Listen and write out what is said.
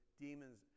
Demons